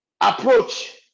approach